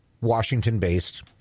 Washington-based